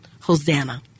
Hosanna